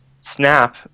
Snap